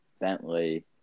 Bentley